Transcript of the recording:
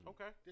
Okay